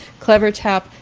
Clevertap